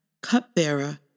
cupbearer